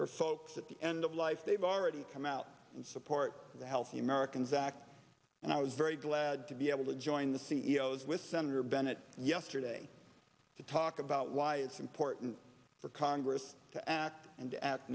for folks at the end of life they've already come out and support the healthy americans act and i was very glad to be able to join the c e o s with senator bennett yesterday to talk about why it's important for congress to act